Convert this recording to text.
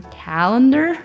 calendar